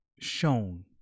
shown